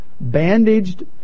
bandaged